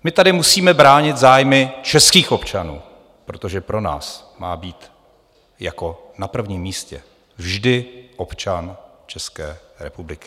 My tady musíme bránit zájmy českých občanů, protože pro nás má být jako na prvním místě vždy občan České republiky.